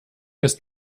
ist